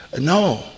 no